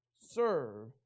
serve